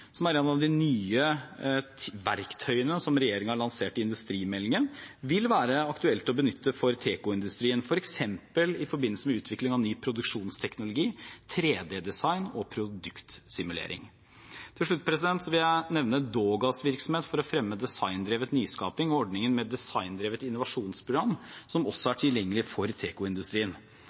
som er en av de nye verktøyene som regjeringen har lansert i industrimeldingen, vil være aktuelt å benytte for tekoindustrien, f.eks. i forbindelse med utvikling av ny produksjonsteknologi, 3D-design og produktsimulering. Til slutt vil jeg nevne DOGAs virksomhet for å fremme designdrevet nyskaping og ordningen med Designdrevet innovasjonsprogram, som er tilgjengelig også for tekoindustrien.